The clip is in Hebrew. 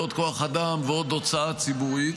ועוד כוח אדם ועוד הוצאה ציבורית.